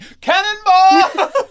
Cannonball